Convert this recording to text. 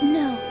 no